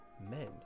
men